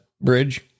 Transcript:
bridge